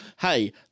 hey